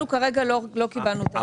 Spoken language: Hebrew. אנחנו כרגע לא קיבלנו את ההוראה.